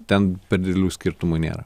ten per didelių skirtumų nėra